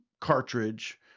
cartridge